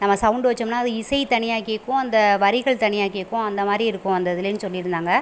நம்ம சௌண்டு வெச்சோம்னா அது இசை தனியாக கேட்கும் அந்த வரிகள் தனியாக கேட்கும் அந்த மாதிரி இருக்கும் அந்த இதுலேனு சொல்லியிருந்தாங்க